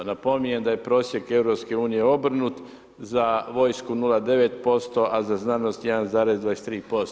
Napominjem da je prosjek EU obrnut, za vojsku 0,9% a za znanost 1,23%